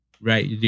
right